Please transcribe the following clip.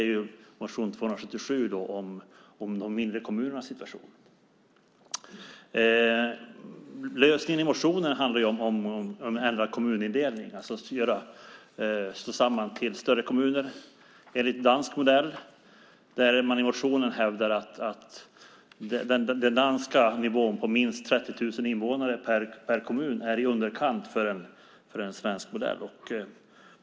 Det är motion 277 om de mindre kommunernas situation. Lösningen i motionen handlar om att ändra kommunindelningen och slå samman kommuner till större kommuner enligt dansk modell. I motionen hävdar man att den danska nivån på minst 30 000 invånare per kommun är i underkant för en svensk modell.